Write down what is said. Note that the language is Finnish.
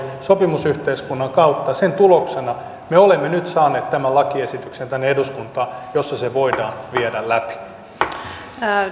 sopimusyhteiskunnan kautta sen tuloksena me olemme nyt saaneet tämän lakiesityksen tänne eduskuntaan jossa se voidaan viedä läpi